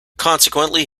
consequently